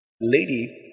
Lady